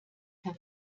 aber